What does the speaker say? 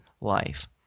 life